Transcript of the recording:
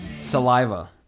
saliva